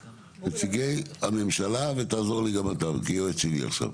נציגי הממשלה ותעזור לי גם אתה כיועץ שלי עכשיו.